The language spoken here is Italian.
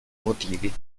motivi